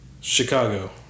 Chicago